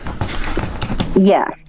Yes